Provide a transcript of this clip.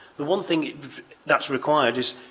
the one thing that's required is